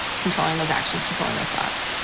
controlling those actions, controlling those thoughts?